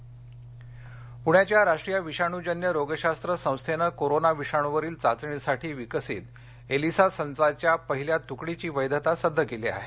Elisa पुण्याच्या राष्ट्रीय विषाणूजन्य रोगशास्त्र संस्थेनं कोरोना विषाणूवरील चाचणीसाठी विकसीत एलिसा संचाच्या पहिल्या तुकडीची वैधता सिद्ध केली आहे